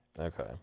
Okay